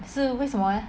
是为什么 leh